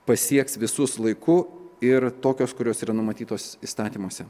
pasieks visus laiku ir tokios kurios yra numatytos įstatymuose